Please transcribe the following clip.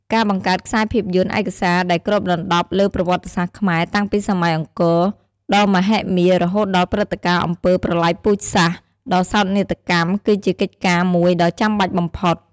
ការបង្កើតខ្សែភាពយន្តឯកសារដែលគ្របដណ្តប់លើប្រវត្តិសាស្ត្រខ្មែរតាំងពីសម័យអង្គរដ៏មហិមារហូតដល់ព្រឹត្តិការណ៍អំពើប្រល័យពូជសាសន៍ដ៏សោកនាដកម្ម គឺជាកិច្ចការមួយដ៏ចាំបាច់បំផុត។